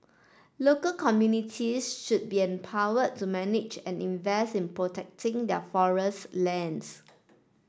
local communities should be empowered to manage and invest in protecting their forest lands